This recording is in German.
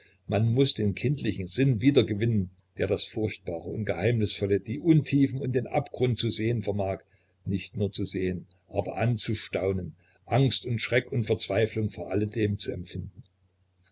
man muß den kindlichen sinn wiedergewinnen der das furchtbare und geheimnisvolle die untiefe und den abgrund zu sehen vermag nicht nur zu sehen aber anzustaunen angst und schreck und verzweiflung vor alledem zu empfinden